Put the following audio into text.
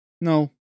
No